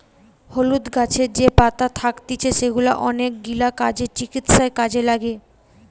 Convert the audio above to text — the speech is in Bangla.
হলুদ গাছের যে পাতা থাকতিছে সেগুলা অনেকগিলা কাজে, চিকিৎসায় কাজে লাগে